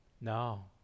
No